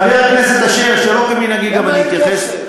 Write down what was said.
חבר הכנסת אשר, שלא כמנהגי, אני גם אתייחס.